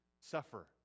suffer